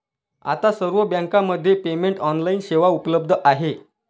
आता सर्व बँकांमध्ये पेमेंट ऑनलाइन सेवा उपलब्ध आहे